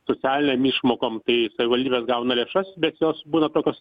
socialinėm išmokom tai savivaldybės gauna lėšas bet jos būna tokios